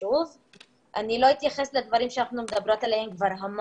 צריך לחשוב איך מחייבים מעסיקים לדווח על הנשים האלו לביטוח